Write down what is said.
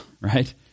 Right